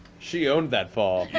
she owned that fall!